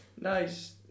Nice